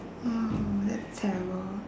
oh that's terrible